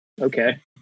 okay